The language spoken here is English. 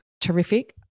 Terrific